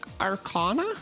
Arcana